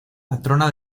patrona